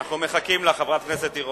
אנחנו מחכים לך, חברת הכנסת תירוש.